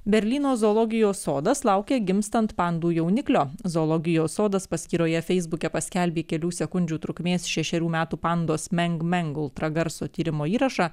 berlyno zoologijos sodas laukia gimstant pandų jauniklio zoologijos sodas paskyroje feisbuke paskelbė kelių sekundžių trukmės šešerių metų pandos mengmeng ultragarso tyrimo įrašą